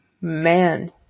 man